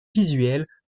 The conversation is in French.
visuelles